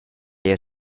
jeu